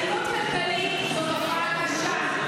אלימות כלכלית זו תופעה קשה.